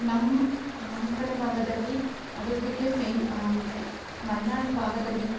ನಮ್ಮ ನಮ್ಮಕಡೆ ಭಾಗದಲ್ಲಿ ಅಡುಗೆಗೆ ಫೆಮ್ ಅಂದರೆ ಮಲ್ನಾಡು ಭಾಗದಲ್ಲಿ